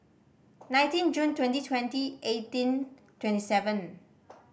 nineteen June twenty twenty eighteen twenty seven